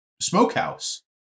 smokehouse